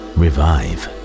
revive